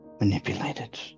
manipulated